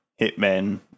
Hitmen